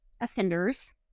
offenders